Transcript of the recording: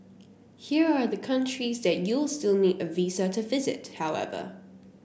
here are the countries that you'll still need a visa to visit however